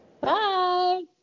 Bye